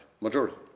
Majority